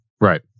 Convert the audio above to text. Right